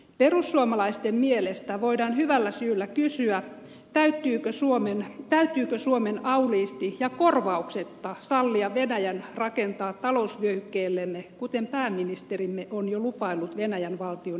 perussuomalaisten mielestä voidaan hyvällä syyllä kysyä täytyykö suomen auliisti ja korvauksetta sallia venäjän rakentaa talousvyöhykkeellemme kuten pääministerimme on jo lupaillut venäjän valtion edustajille